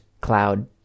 cloud